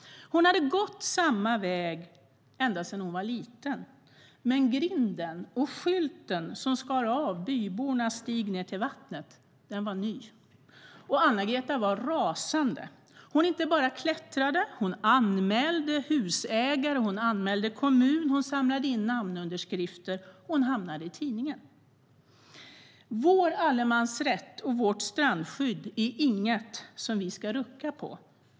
Hon hade gått samma väg sedan hon var liten, men grinden och skylten som skar av bybornas stig ned till vattnet var ny. Anna-Greta var rasande. Hon inte bara klättrade, hon anmälde husägaren och kommunen, samlade in namnunderskrifter och hamnade i tidningen. Vår allemansrätt och vårt strandskydd är inget som vi ska rucka på.